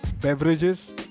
Beverages